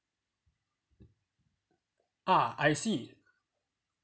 ah I see